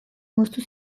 moztu